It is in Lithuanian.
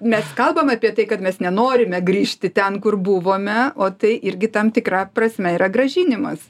mes kalbam apie tai kad mes nenorime grįžti ten kur buvome o tai irgi tam tikra prasme yra grąžinimas